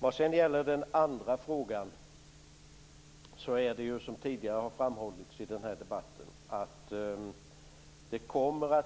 Vad sedan gäller den andra frågan kommer det, som tidigare framhållits i den här debatten, att